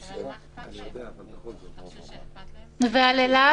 מה לגבי אילת?